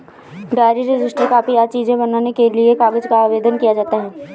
diary, register, copy आदि चीजें बनाने के लिए कागज का आवेदन किया जाता है